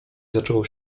zaczął